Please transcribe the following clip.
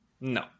no